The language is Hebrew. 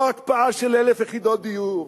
לא הקפאה של 1,000 יחידות דיור,